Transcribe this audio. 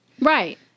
Right